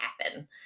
happen